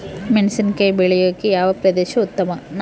ಮೆಣಸಿನಕಾಯಿ ಬೆಳೆಯೊಕೆ ಯಾವ ಪ್ರದೇಶ ಉತ್ತಮ?